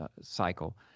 cycle